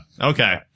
Okay